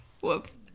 whoops